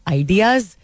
ideas